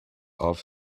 off